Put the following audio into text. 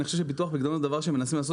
אני חושב שביטוח פקדונות זה דבר שמנסים לעשות